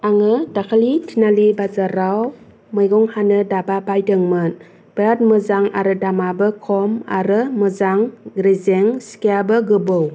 आङो दाखालि तिनालि बाजाराव मैगं हानो दाबा बायदोंमोन बिराद मोजां आरो दामाबो खम आरो मोजां रेजें सिखायाबो गोबौ